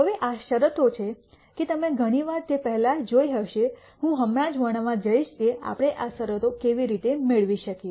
હવે આ શરતો છે કે તમે ઘણી વાર તે પહેલાં જોઇ હશે હું હમણાં જ વર્ણવવા જઇશ કે આપણે આ શરતો કેવી રીતે મેળવી શકીએ